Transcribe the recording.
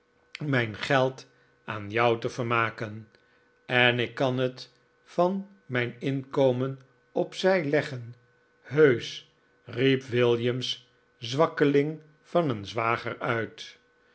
mijn geld aan jou te vermaken en ik kan het van mijn inkomen op zij leggen heusch riep william's zwakkeling van een zwager uit